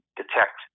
detect